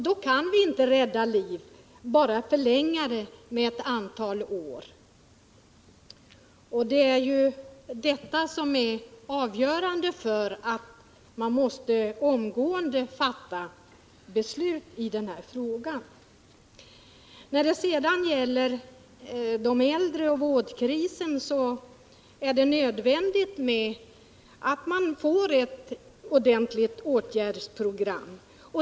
Då kan vi inte rädda livet, bara förlänga det med ett antal år.” Det är detta som är avgörande för att vi omgående måste fatta beslut i den här frågan. Vad sedan gäller de äldre och vårdkrisen vill jag säga att det är nödvändigt att vi får ett ordentligt åtgärdsprogram.